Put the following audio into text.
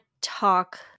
talk